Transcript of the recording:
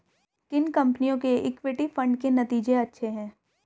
किन कंपनियों के इक्विटी फंड के नतीजे अच्छे हैं?